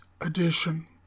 edition